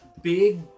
big